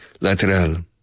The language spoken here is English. Lateral